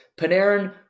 Panarin